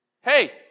Hey